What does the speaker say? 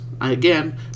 again